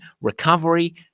recovery